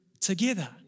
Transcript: together